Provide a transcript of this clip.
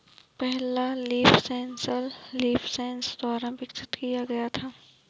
पहला leaf sensor leafsense द्वारा विकसित किया गया था